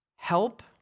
help